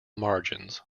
margins